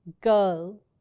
girl